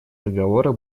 договора